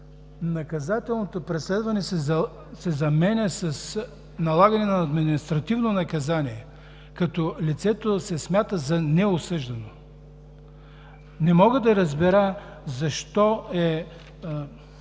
наказателното преследване се заменя с „налагане на административно наказание“, като лицето се смята за неосъждано. Не мога да разбера защо е